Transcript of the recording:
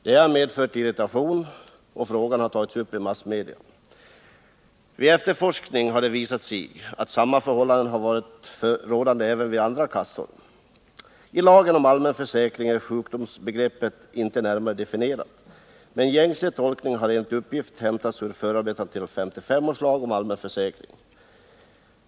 Detta har medfört irritation, och frågan har tagits upp i massmedia. Vid efterforskning har det visat sig att samma förhållanden har varit rådande även vid andra kassor. I lagen om allmän försäkring är sjukdoms 89 begreppet inte närmare definierat, men gängse tolkning har enligt uppgift hämtats ur förarbetena till 1955 års lag om allmän försäkring.